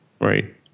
Right